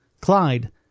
Clyde